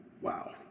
Wow